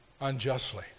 unjustly